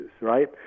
right